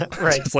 Right